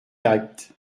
actes